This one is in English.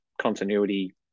continuity